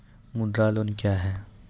मुद्रा लोन क्या हैं?